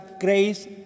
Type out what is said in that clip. grace